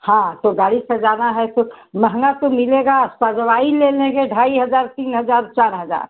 हाँ तो गाड़ी सजाना है तो महंगा तो मिलेगा सजवाई लेने के ढाई हज़ार तीन हज़ार चार हज़ार